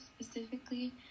specifically